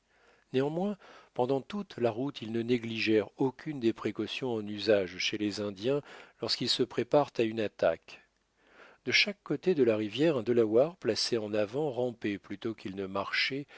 néanmoins pendant toute la route ils ne négligèrent aucune des précautions en usage chez les indiens lorsqu'ils se préparent à une attaque de chaque côté de la rivière un delaware placé en avant rampait plutôt qu'il ne marchait